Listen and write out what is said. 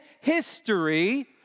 history